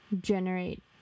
generate